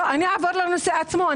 אעבור לנושא עצמו.